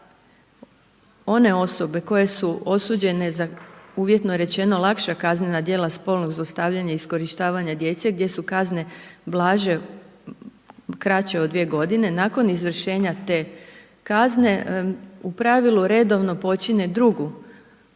da one osobe koje su osuđene za uvjetno rečeno, lakša kaznena djela spolnog zlostavljanja, iskorištavanja djece gdje su kazne blaže, kraće od dvije godine, nakon izvršenja te kazne u pravilu redovno počine drugo